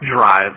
drive